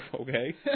Okay